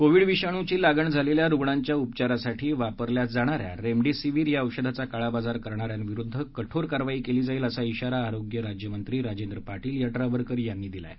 Covid विषाणूची लागण झालेल्या रुग्णांच्या उपचारासाठी वापरल्या जाणाऱ्या रेमडेसीविर या औषधाचा काळा बाजार करणाऱ्यांविरुद्ध कठोर कारवाई केली जाईल असा इशारा आरोग्य राज्यमंत्री राजेंद्र पाटील यड्रावकर यांनी दिला आहे